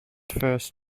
first